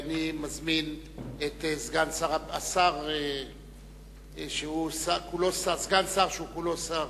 אני מזמין את סגן השר שהוא כולו שר,